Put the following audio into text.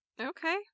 Okay